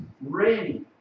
ready